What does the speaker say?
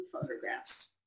photographs